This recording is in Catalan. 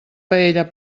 paella